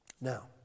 Now